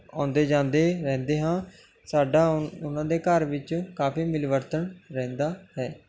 ਆਉਂਦੇ ਜਾਂਦੇ ਰਹਿੰਦੇ ਹਾਂ ਸਾਡਾ ਉ ਉਹਨਾਂ ਦੇ ਘਰ ਵਿੱਚ ਕਾਫੀ ਮਿਲਵਰਤਨ ਰਹਿੰਦਾ ਹੈ